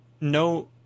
no